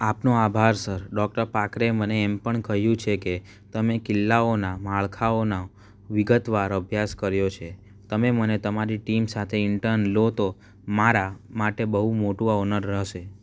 આપનો આભાર sir doctor પાર્કરે મને એમ પણ કયું છે કે તમે કિલ્લાઓનાં માળખાઓના વિગતવાર અભ્યાસ કર્યો છે તમે મને તમારી ટીમ સાથે ઇન્ટર્ન લો તો મારા માટે બહુ મોટું આ ઓનર રહેશે